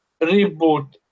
Reboot